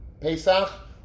Pesach